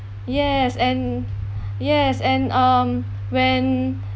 yes and yes and um when